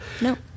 no